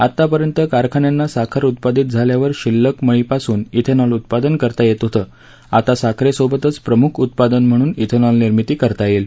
आता पर्यंत कारखान्यांना साखर उत्पादित झाल्यावर शिल्लक मळी पासून ञेनॉल उत्पादन करता येत होत आता साखरेसोबतच प्रमुख उत्पादन म्हणून ञेनॉल निर्मिती करता येईल